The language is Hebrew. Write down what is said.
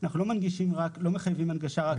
אנחנו לא מחייבים הנגשה רק ---.